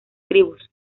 tribus